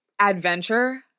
adventure